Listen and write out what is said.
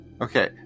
Okay